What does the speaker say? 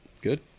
Good